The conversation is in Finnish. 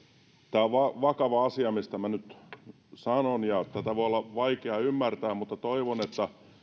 tämä on vakava asia mistä minä nyt sanon ja tätä voi olla vaikea ymmärtää mutta toivon että